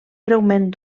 breument